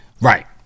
Right